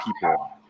people